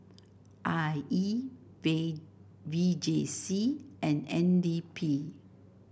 I E V V J C and N D P